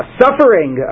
suffering